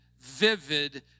vivid